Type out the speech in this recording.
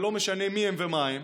ולא משנה מי הם ומה הם,